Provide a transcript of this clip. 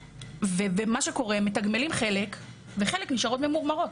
מה שקורה זה שהם מתגמלים חלק וחלק נשארות ממורמרות,